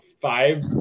five